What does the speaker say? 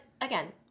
again